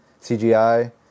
CGI